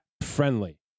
friendly